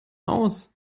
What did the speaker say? aus